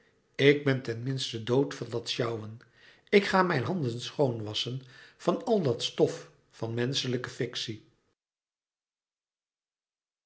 ik ben ten minste dood van dat sjouwen ik ga mijn handen schoon wasschen van al dat stof van menschelijke fictie